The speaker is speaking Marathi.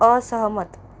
असहमत